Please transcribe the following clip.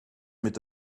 mit